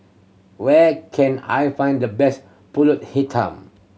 where can I find the best Pulut Hitam